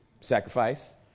sacrifice